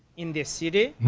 in the city,